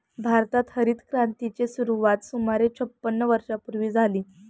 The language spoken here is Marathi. भारतात हरितक्रांतीची सुरुवात सुमारे छपन्न वर्षांपूर्वी झाली